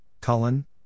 Cullen